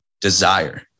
desire